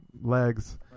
legs